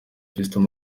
fiston